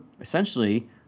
essentially